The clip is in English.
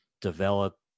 develop